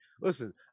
Listen